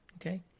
okay